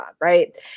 Right